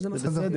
כן, בסדר.